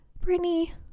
Brittany